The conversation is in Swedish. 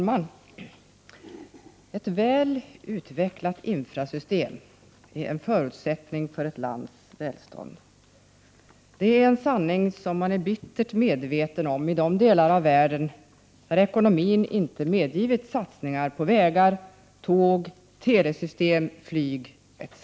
Fru talman! En väl utvecklad infrastruktur är en förutsättning för ett lands välstånd. Det är en sanning som man är bittert medveten om i de delar av världen där ekonomin inte medgivit satsningar på vägar, tåg, telesystem, flyg etc.